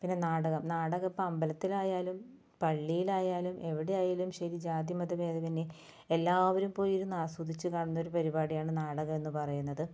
പിന്നെ നാടകം നാടകം ഇപ്പോൾ അമ്പലത്തിലായാലും പള്ളിയിലായാലും എവിടെയായാലും ശരി ജാതിമതഭേദമെന്യേ എല്ലാവരും പോയിരുന്നു ആസ്വദിച്ചു കാണുന്ന ഒരു പരിപാടിയാണ് നാടകം എന്ന് പറയുന്നത്